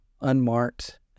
unmarked